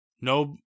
No